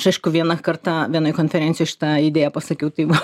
aš aišku vieną kartą vienoj konferencijoj šitą idėją pasakiau tai va